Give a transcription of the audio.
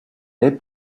l’est